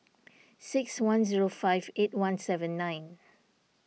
six one zero five eight one seven nine